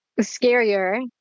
scarier